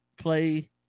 play